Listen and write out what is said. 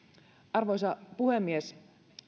arvoisa puhemies